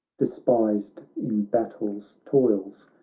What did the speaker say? despised in battle's toils,